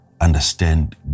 understand